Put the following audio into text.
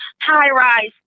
high-rise